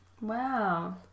Wow